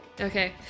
Okay